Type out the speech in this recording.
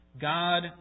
God